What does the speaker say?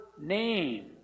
name